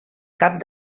cap